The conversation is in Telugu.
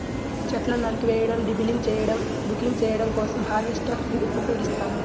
చెట్లను నరికివేయడం, డీలింబింగ్ చేయడం, బకింగ్ చేయడం కోసం హార్వెస్టర్ ని ఉపయోగిస్తారు